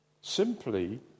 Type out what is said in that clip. simply